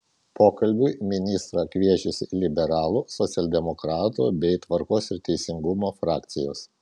pokalbiui ministrą kviečiasi liberalų socialdemokratų bei tvarkos ir teisingumo frakcijos